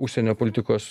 užsienio politikos